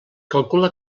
calcula